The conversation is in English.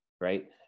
right